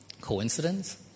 coincidence